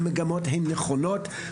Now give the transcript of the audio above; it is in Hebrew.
והמגמות הן נכונות.